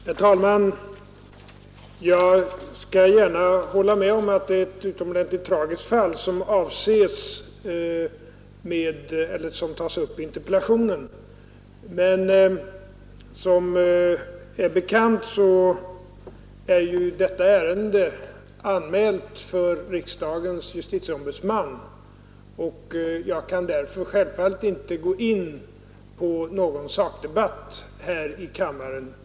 Herr talman! Jag skall gärna hålla med om att det är ett utomordentligt tragiskt fall som tas upp i interpellationen. Men som bekant är ju detta ärende anmält för riksdagens justitieombudsman, och jag kan därför självfallet inte gå in på någon sakdebatt här i kammaren.